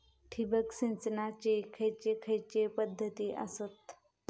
ठिबक सिंचनाचे खैयचे खैयचे पध्दती आसत?